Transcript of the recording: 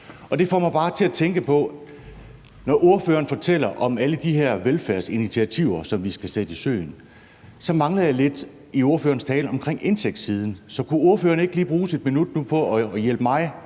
det får mig bare til at tænke: Når ordføreren fortæller om alle de her velfærdsinitiativer, som vi skal sætte i søen, så mangler jeg lidt i ordførerens tale om indtægtssiden. Så kunne ordføreren ikke lige bruge et minut på sådan at hjælpe mig